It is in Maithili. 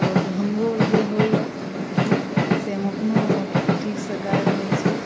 आओर हमरो जे होइए गीत से हम अपनहुँ ठीकसँ गाबि रहल छी